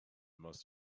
must